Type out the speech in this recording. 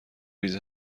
ریز